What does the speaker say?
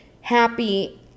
happy